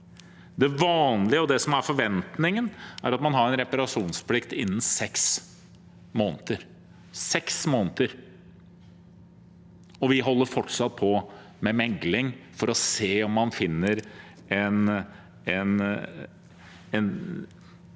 det som er forventningen, er at man har en reparasjonsplikt innen seks måneder – og vi holder fortsatt på med mekling for å se om man finner en